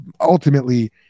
ultimately